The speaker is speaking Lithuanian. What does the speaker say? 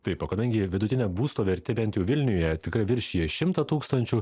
taip o kadangi vidutinė būsto vertė bent jau vilniuje tikrai viršija šimtą tūkstančių